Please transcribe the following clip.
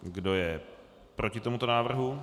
Kdo je proti tomuto návrhu?